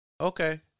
okay